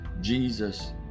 Jesus